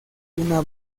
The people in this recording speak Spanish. una